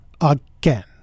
Again